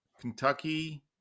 Kentucky